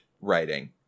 writing